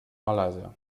malaysia